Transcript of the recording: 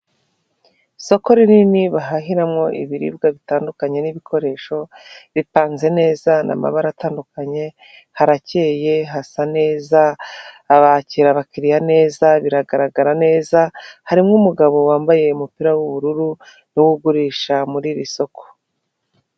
Isoko rinini bahahiramo ibiribwa bitandukanye n'ibikoresho ripanze neza n'amabara atandukanye harakeye hasa neza abakira abakiriya neza biragaragara neza harimo umugabo wambaye umupira w'ubururu n'uwugurisha muri iri soko.